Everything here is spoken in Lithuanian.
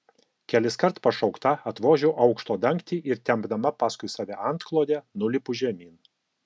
keliskart pašaukta atvožiu aukšto dangtį ir tempdama paskui save antklodę nulipu žemyn